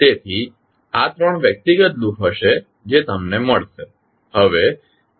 તેથી આ ત્રણ વ્યક્તિગત લૂપ્સ હશે જે તમને મળશે